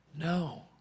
No